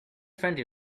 friendly